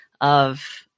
of-